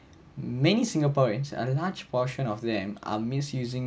many singaporeans a large portion of them are misusing